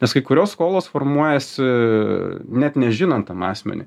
nes kai kurios skolos formuojasi net nežinant tam asmeniui